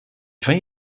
vins